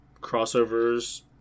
crossovers